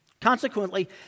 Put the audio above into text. Consequently